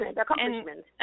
Accomplishment